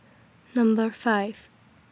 Number five